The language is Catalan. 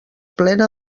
plena